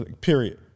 period